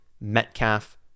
Metcalf